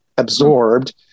Absorbed